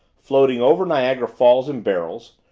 floating over niagara falls in barrels,